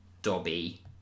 Dobby